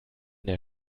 der